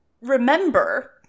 remember